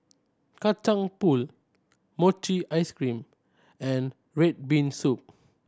Kacang Pool mochi ice cream and red bean soup